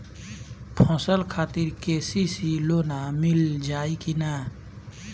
फसल खातिर के.सी.सी लोना मील जाई किना?